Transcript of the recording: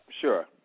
Sure